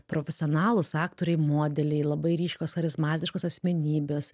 profesionalūs aktoriai modeliai labai ryškios charizmatiškos asmenybės